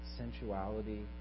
sensuality